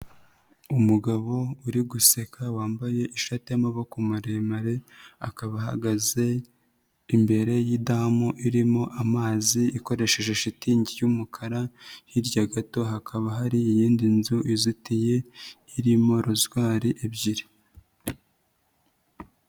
Umugabo uri guseka wambaye ishati y'amaboko maremare, akaba ahagaze imbere y'idamu irimo amazi ikoresheje shitingi y'umukara, hirya gato hakaba hari iyindi nzu izitiye irimo rozwari ebyiri.